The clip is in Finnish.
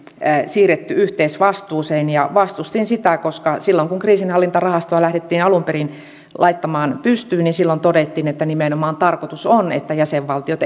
siirretty yhteisvastuuseen vastustin sitä koska silloin kun kriisinhallintarahastoa lähdettiin alun perin laittamaan pystyyn todettiin että tarkoitus nimenomaan on että jäsenvaltiot